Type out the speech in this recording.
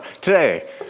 today